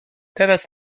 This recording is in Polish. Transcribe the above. teraz